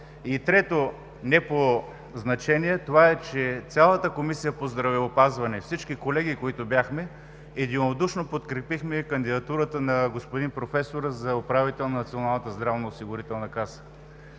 трето, не по значение, това е, че цялата Комисия по здравеопазване, всички колеги единодушно подкрепихме кандидатурата на господин професора за управител на Националната здравноосигурителна каса.